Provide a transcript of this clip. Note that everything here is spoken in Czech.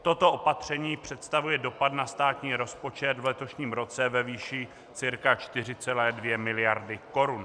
Toto opatření představuje dopad na státní rozpočet v letošním roce ve výši cca 4,2 mld. korun.